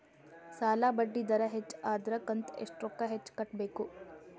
ಸಾಲಾ ಬಡ್ಡಿ ದರ ಹೆಚ್ಚ ಆದ್ರ ಕಂತ ಎಷ್ಟ ರೊಕ್ಕ ಹೆಚ್ಚ ಕಟ್ಟಬೇಕು?